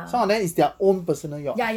some of them is their own personal yacht